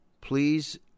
please